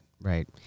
right